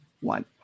one